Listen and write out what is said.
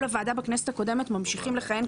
לוועדה בכנסת הקודמת ממשיכים לכהן,